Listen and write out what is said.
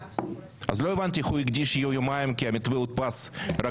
אז לא הבנתי איך הוא הקדיש יומיים כי המתווה הודפס רק